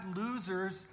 losers